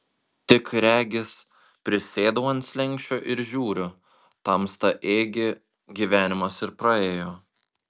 tik regis prisėdau ant slenksčio ir žiūriu tamsta ėgi gyvenimas ir praėjo